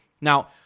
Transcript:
Now